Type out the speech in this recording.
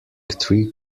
three